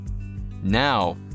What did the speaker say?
Now